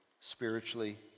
spiritually